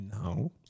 No